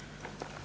Hvala.